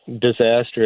disastrous